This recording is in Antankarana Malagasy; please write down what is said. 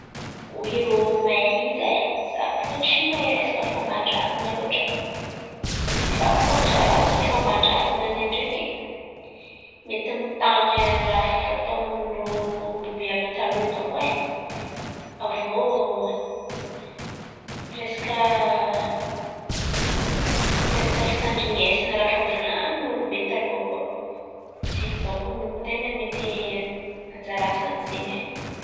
Hoy irô mahay izy e, izaho bakà tsy mahay resaka fomban-dràzan̈a loatra fa kôa anjara asan'ny fômban-dràzan̈a zen̈y ndraiky mety mitan̈a ràha efa fataon-drô olo be àby taloha io dônko e. Avy iô resaka resaka fitandrin̈esan̈a ràha efa nivolan̈in'olo be taloha koà, zen̈y dônko ny ten̈a mety anjara asan'izen̈y e.